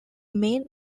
main